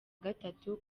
gatatu